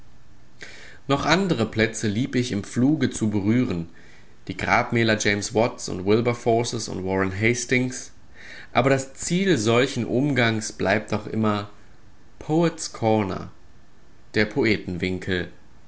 noch andere plätze lieb ich im fluge zu berühren die grabmäler james watts und wilberforces und warren hastings aber das ziel solchen umgangs bleibt doch immer poets corner der